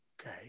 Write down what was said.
Okay